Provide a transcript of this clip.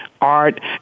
art